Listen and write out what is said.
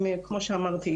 כמו שאמרתי,